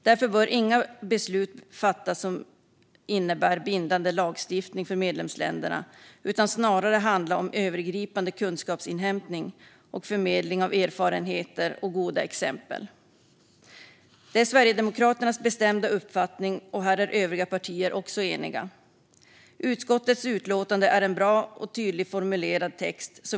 Därför bör inga beslut fattas som innebär bindande lagstiftning för medlemsländerna, utan det ska snarare handla om övergripande kunskapsinhämtning, förmedling av erfarenheter och goda exempel. Det är Sverigedemokraternas bestämda uppfattning, och här är övriga partier också eniga. Utskottets utlåtande är en bra och tydligt formulerad text.